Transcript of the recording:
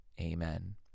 Amen